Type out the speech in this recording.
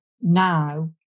now